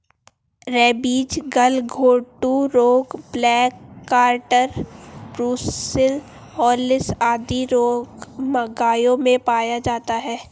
rabies, गलघोंटू रोग, black quarter, brucellosis आदि रोग गायों में पाया जाता है